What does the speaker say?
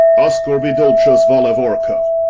oscorbidulchos volivorco.